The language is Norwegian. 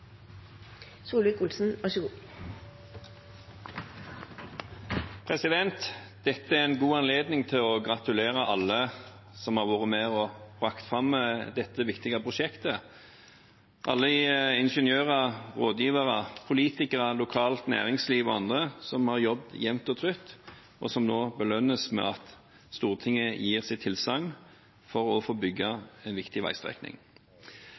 en god anledning til å gratulere alle som har vært med og brakt fram dette viktige prosjektet – alle ingeniører, rådgivere, politikere, lokalt næringsliv og andre som har jobbet jevnt og trutt, og som nå belønnes med at Stortinget gir sitt tilsagn til å bygge en viktig veistrekning.